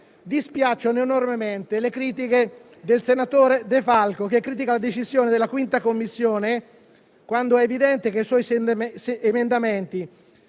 Dispiacciono enormemente i giudizi del senatore De Falco, che ha criticato la decisione della 5a Commissione, quando è evidente che i suoi emendamenti,